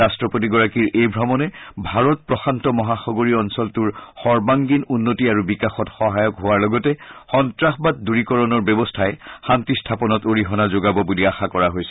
ৰাট্টপতিগৰাকীৰ এই ভ্ৰমণে ভাৰত প্ৰশান্ত মহাসাগৰীয় অঞ্চলটোৰ সৰ্বাংগীন উন্নতি আৰু বিকাশত সহায়ক হোৱাৰ লগতে সন্ত্ৰাসবাদ দূৰীকৰণৰ ব্যৱস্থাই শান্তি স্থাপনত অৰিহণা যোগাব বুলি আশা কৰা হৈছে